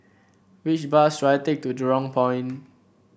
which bus should I take to Jurong Point